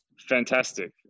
Fantastic